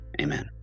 amen